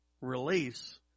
release